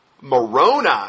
Moroni